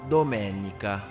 Domenica